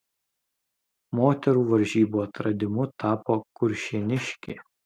moterų varžybų atradimu tapo kuršėniškė